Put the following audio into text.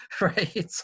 Right